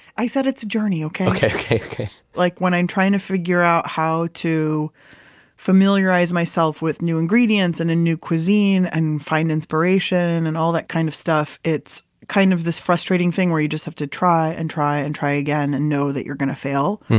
i said, it's a journey. okay? okay okay like when i'm trying to figure out how to familiarize myself with new ingredients and a new cuisine and find inspiration and all that kind of stuff, it's kind of this frustrating thing where you just have to try and try and try again and know that you're going to fail.